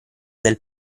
del